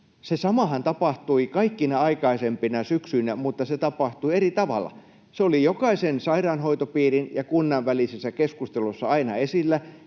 Se samahan tapahtui kaikkina aikaisempina syksyinä, mutta se tapahtui eri tavalla. Oli jokaisen sairaanhoitopiirin ja kunnan välisissä keskusteluissa aina esillä,